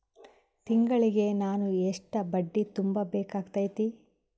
ತಿಂಗಳಿಗೆ ನಾನು ಎಷ್ಟ ಬಡ್ಡಿ ತುಂಬಾ ಬೇಕಾಗತೈತಿ?